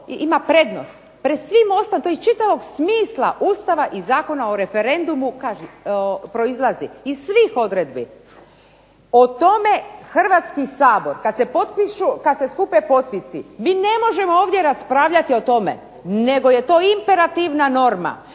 ima prednost, to iz čitavog smisla Ustava i Zakona o referendumu proizlazi iz svih odredbi, o tome Hrvatski sabor kada se potpišu, kada se skupe potpisi, mi ne možemo ovdje raspravljati o tome, nego je to imperativna norma